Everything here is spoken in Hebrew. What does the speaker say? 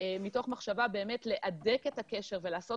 מתוך מחשבה באמת להדק את הקשר ולעשות